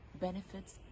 benefits